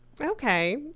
okay